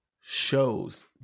shows